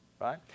right